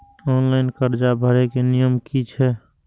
Online कर्जा भरे के नियम की छे?